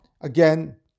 again